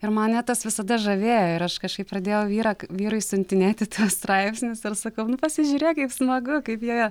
ir mane tas visada žavėjo ir aš kažkaip pradėjau vyrą vyrui siuntinėti tuos straipsnius ir sakau nu pasižiūrėk kaip smagu kaip jie